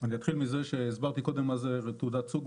אני אתחיל מזה שהסברתי קודם מה זה תעודת סוג,